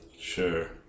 Sure